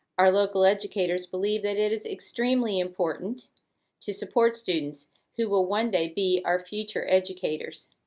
our local educators believe that it is extremely important to support students who will one day be our future educators.